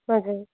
हजुर